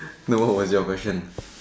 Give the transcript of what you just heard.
no what was your question